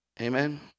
Amen